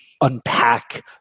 unpack